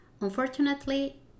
Unfortunately